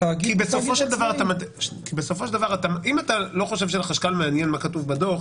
כי בסופו של דבר אתה אם אתה לא חושב שאת החשכ"ל מעניין מה כתוב בדוח,